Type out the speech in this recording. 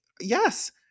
yes